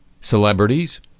celebrities